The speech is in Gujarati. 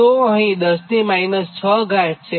તો તેથી અહીં 10 6 છે